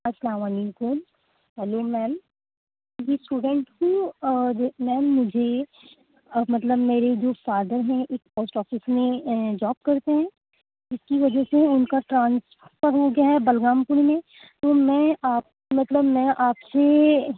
السّلام والیکم hello ma'am ji student تھی اور میم مجھے مطلب میرے جو فادر ہیں ایک پوسٹ آفس میں جاب کرتے ہیں جس کی وجہ سے اُن کا ٹرانسفر ہو گیا ہے بلرامپور میں تو میں آپ مطلب میں آپ سے